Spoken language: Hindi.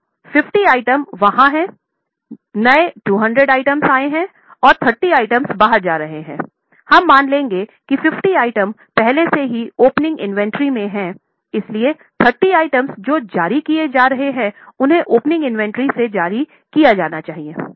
तो 50 आइटम वहाँ हैं नए 200 आइटम आए हैं और 30 आइटम बाहर जा रहे हैं हम मान लेंगे कि 50 आइटम पहले से ही ओपनिंग इन्वेंट्री में हैं इसलिए 30 आइटम जो जारी किए गए हैं उन्हें ओपनिंग इन्वेंट्री से जारी किया जाना चाहिए